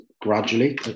gradually